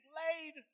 laid